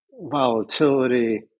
Volatility